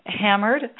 hammered